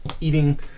eating